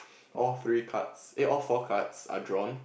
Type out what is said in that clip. all three cups eh all four cards are drawn